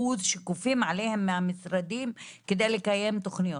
שכופים עליהן מהמשרדים כדי לקיים תוכניות.